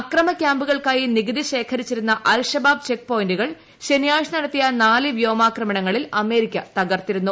അക്രമ ക്യാമ്പുകൾക്കായി നികുതി ശേഖരിച്ചിരുന്ന അൽ ഷബാബ് ചെക് പോയിന്റുകൾ ശനിയാഴ്ച നടത്തിയ നാല് വ്യോമാക്രമണങ്ങളിൽ അമേരിക്ക തകർത്തിരുന്നു